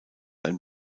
ein